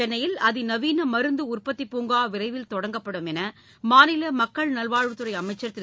சென்னையில் அதிநவீன மருந்து உற்பத்திப் பூங்கா விரைவில் தொடங்கப்படும் என்று மாநில மக்கள் நல்வாழ்வுத்துறை அமைச்சர் திரு